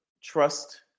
Trust